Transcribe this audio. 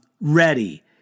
ready